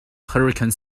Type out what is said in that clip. hurricane